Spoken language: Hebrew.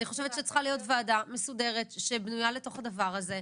אני חושבת שצריכה להיות ועדה מסודרת שבנויה לתוך הדבר הזה,